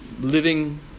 Living